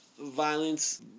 violence